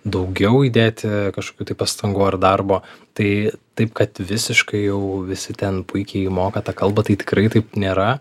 daugiau įdėti kažkokių tai pastangų ar darbo tai taip kad visiškai jau visi ten puikiai moka tą kalbą tai tikrai taip nėra